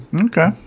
Okay